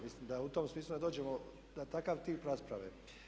Mislim da u tom smislu ne dođemo na takav tip rasprave.